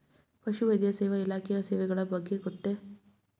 ಪಶುವೈದ್ಯ ಸೇವಾ ಇಲಾಖೆಯ ಸೇವೆಗಳ ಬಗ್ಗೆ ಗೊತ್ತೇ?